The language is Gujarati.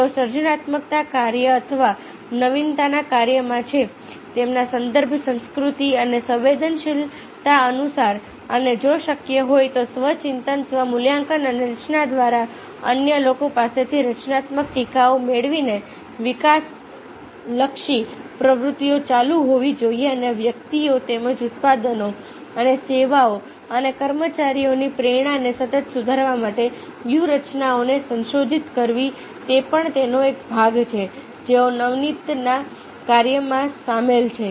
જેઓ સર્જનાત્મકતા કાર્ય અથવા નવીનતાના કાર્યમાં છે તેમના સંદર્ભ સંસ્કૃતિ અને સંવેદનશીલતા અનુસાર અને જો શક્ય હોય તો સ્વ ચિંતન સ્વ મૂલ્યાંકન અને રચના દ્વારા અન્ય લોકો પાસેથી રચનાત્મક ટીકાઓ મેળવીને વિકાસલક્ષી પ્રવૃત્તિઓ ચાલુ હોવી જોઈએ અને વ્યક્તિઓ તેમજ ઉત્પાદનો અને સેવાઓ અને કર્મચારીઓની પ્રેરણાને સતત સુધારવા માટે વ્યૂહરચનાઓને સંશોધિત કરવી તે પણ તેનો એક ભાગ છે જેઓ નવીનતાના કાર્યમાં સામેલ છે